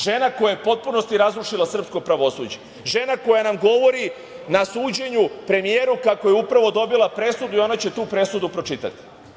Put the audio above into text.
Žena koja je u potpunosti razrušila srpsko pravosuđe, žena koja nam govori na suđenju premijeru kako je upravo dobila presudu i ona će tu presudu pročitati.